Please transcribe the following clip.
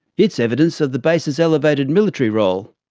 it's evidence of the base's elevated military role.